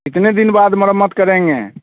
कितने दिन बाद मरम्मत करेंगे